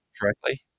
correctly